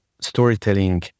storytelling